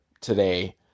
today